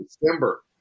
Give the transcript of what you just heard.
December